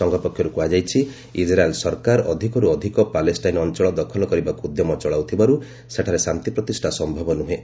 ସଂଘ ପକ୍ଷରୁ କୁହାଯାଇଛି ଇକ୍ରାଏଲ୍ ସରକାର ଅଧିକରୁ ଅଧିକ ପାଲେଷ୍ଟାଇନ୍ ଅଞ୍ଚଳ ଦଖଲ କରିବାକୁ ଉଦ୍ୟମ ଚଳାଉଥିବାରୁ ସେଠାରେ ଶାନ୍ତିପ୍ରତିଷ୍ଠା ସମ୍ଭବ ନୁହେଁ